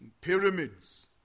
pyramids